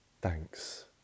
Thanks